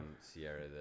Sierra